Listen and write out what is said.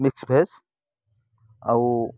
mix veg ଆଉ